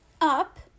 up